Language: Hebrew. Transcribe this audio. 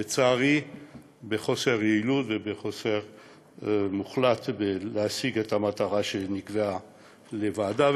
לצערי בחוסר יעילות ובחוסר מוחלט של השגת המטרה שנקבעה לוועדה.